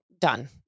done